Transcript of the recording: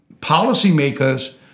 policymakers